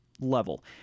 level